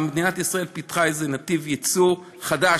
מדינת ישראל פיתחה איזה נתיב יצוא חדש,